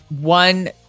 one